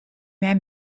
mehr